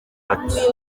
ati